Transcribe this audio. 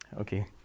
Okay